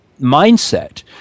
mindset